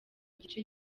gice